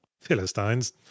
Philistines